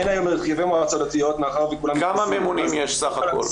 אין היום הרכבי מועצות דתיות מאחר וכולם --- כמה ממונים יש סך הכול?